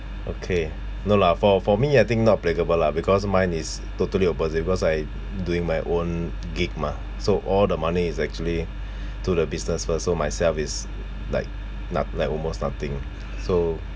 okay no lah for for me I think not applicable lah because mine is totally opposite because I doing my own gig mah so all the money is actually to the business first so myself is like not~ like almost nothing so